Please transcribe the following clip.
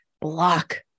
block